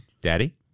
Daddy